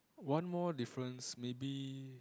one more difference maybe